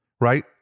right